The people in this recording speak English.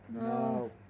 no